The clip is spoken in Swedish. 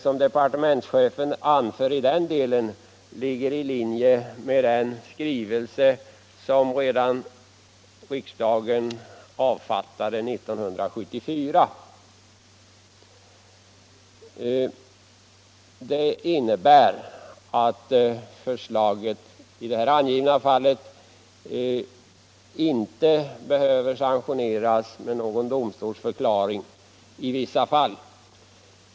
Vad departementschefen anför i den delen ligger i linje med den skrivelse som riksdagen avfattade redan år 1974. Det innebär att förslaget i det angivna avseendet i vissa fall inte behöver sanktioneras av någon domstolsförklaring.